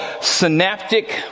synaptic